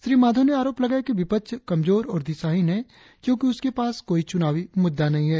श्री माधव ने आरोप लगाया कि विपक्ष कमजोर और दिशाहीन है क्योंकि उसके पास कोई चुनावी मुद्दा नही है